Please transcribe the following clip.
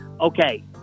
okay